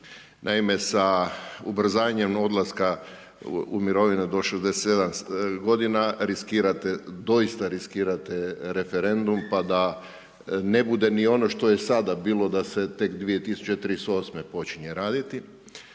Naime sa ubrzanjem odlaska u mirovinu do 67 godina riskirate, doista riskirate referendum pa da ne bude ni ono što je sada bilo da se tek 2038 počinje raditi.